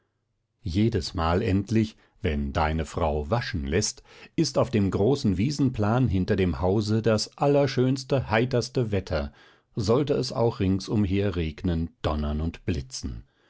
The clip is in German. jedesmal endlich wenn deine frau waschen läßt ist auf dem großen wiesenplan hinter dem hause das allerschönste heiterste wetter sollte es auch rings umher regnen donnern und blitzen